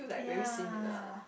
yeah